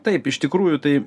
taip iš tikrųjų tai